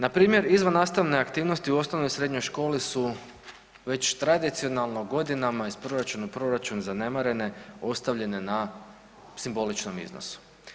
Npr. izvannastavne aktivnosti u osnovnoj i srednjoj školi su već tradicionalno godinama iz proračuna u proračun zanemarene, ostavljene na simboličnom iznosu.